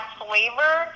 flavor